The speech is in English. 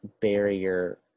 barrier